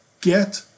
get